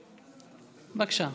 בבקשה.